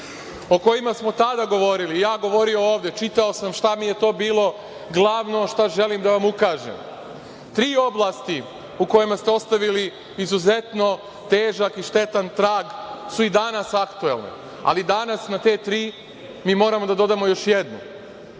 o kojima smo tada govorili, ja govorio ovde, čitao sam šta mi je to bilo glavno, šta želim da vam ukažem - tri oblasti u kojima ste ostavili izuzetno težak i štetan trag su i danas aktuelni, ali danas na te tri mi moramo da dodamo još jednu. Srbija